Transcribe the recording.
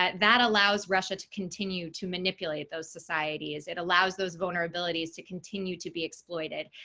that that allows russia to continue to manipulate those societies. it allows those vulnerabilities to continue to be exploited.